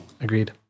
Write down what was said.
agreed